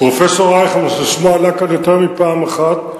פרופסור רייכמן, ששמו עלה כאן יותר מפעם אחת,